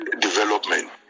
development